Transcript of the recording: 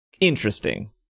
interesting